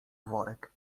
worek